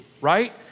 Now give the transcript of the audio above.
right